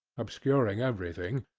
obscuring everything,